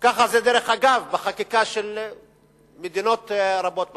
ככה זה, דרך אגב, בחקיקה של מדינות רבות בעולם.